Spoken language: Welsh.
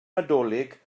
nadolig